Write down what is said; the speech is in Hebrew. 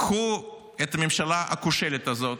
קחו את הממשלה הכושלת הזו,